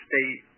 state